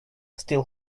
still